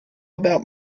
about